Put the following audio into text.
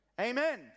Amen